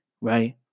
right